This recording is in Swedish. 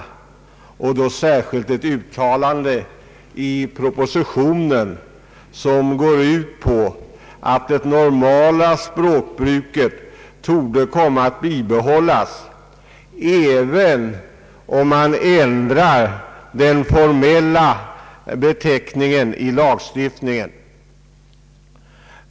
Särskilt vill jag beröra ett uttalande i propositionen, som går ut på att det normala språkbruket torde komma att bibehålles även om man ändrar den formella beteckningen i lagstiftningen.